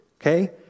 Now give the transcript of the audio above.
okay